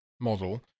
model